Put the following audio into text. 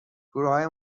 گروههای